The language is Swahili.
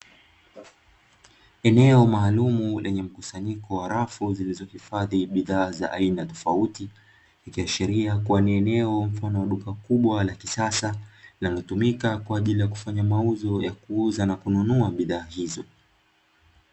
Eneo maalum lenye mkusanyiko wa rafu zilizohifadhi bidhaa za aina tofauti, ikiashiria kuwa ni eneo mfano wa duka kubwa la kisasa linalotumika kwa ajili ya kufanya mauzo ya kuuza na kununua bidhaa hizo.